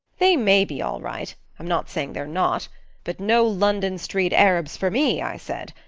they may be all right i'm not saying they're not but no london street arabs for me i said.